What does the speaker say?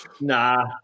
Nah